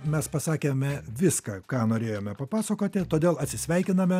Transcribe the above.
mes pasakėme viską ką norėjome papasakoti todėl atsisveikiname